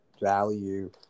value